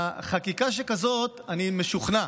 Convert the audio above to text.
אני משוכנע,